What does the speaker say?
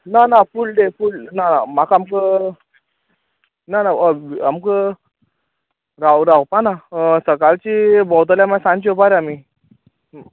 ना ना पूल डे पूल ना म्हाका आमक् ना ना आमकां राव रावपा ना हॉ सकाळचीं भोंवतले मा सांची येवपा रे आमी